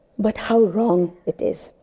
but how wrong it is.